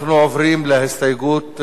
21 התנגדו להסתייגות,